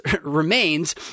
remains